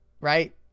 right